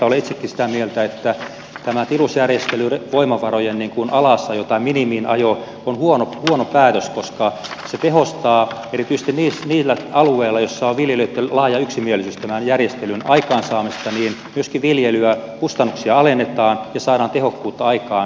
olen itsekin sitä mieltä että tämä tilusjärjestelyjen voimavarojen minimiin ajo on huono päätös koska erityisesti niillä alueilla joilla on viljelijöitten laaja yksimielisyys tämän järjestelyn aikaansaamisesta myöskin kustannuksia alennetaan ja saadaan tehokkuutta aikaan